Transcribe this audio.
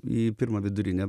į pirmą vidurinę